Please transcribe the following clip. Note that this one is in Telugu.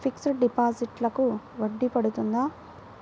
ఫిక్సడ్ డిపాజిట్లకు వడ్డీ పడుతుందా?